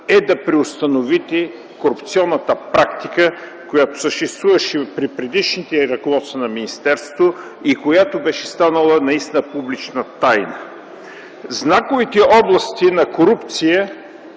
е да преустановите корупционната практика, която съществуваше при предишните ръководства на министерството и която беше станала наистина публична тайна. Знаковите области на корупция,